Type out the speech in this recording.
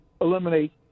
eliminate